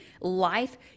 life